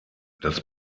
das